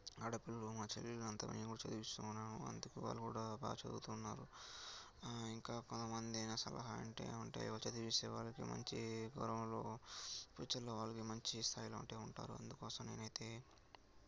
ఆడపిల్లలు మా చదివినంత మేము చదివిస్తు ఉన్నాము అందుకు వాళ్ళు కూడా బాగా చదువుతు ఉన్నారు ఇంకా కొంతమంది నా సలహా వింట ఉంటే చదివిస్తే వారికి మంచి ఈ కాలంలో ఫ్యూచర్లో వాళ్ళకి మంచి స్థాయిలో ఉంటూ ఉంటారు అందుకోసమనైతే